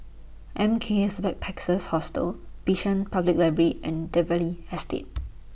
M K S Backpackers Hostel Bishan Public Library and Dalvey Estate